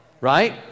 right